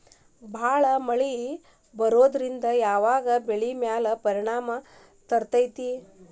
ಭಾಳ ಮಳಿ ಬರೋದ್ರಿಂದ ಯಾವ್ ಬೆಳಿ ಮ್ಯಾಲ್ ಪರಿಣಾಮ ಬಿರತೇತಿ?